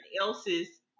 else's